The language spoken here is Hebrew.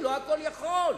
הוא לא הכול יכול.